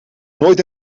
nooit